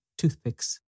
toothpicks